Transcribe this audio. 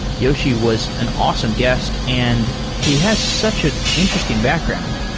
yoshi was an awesome guest and he has such an interesting background.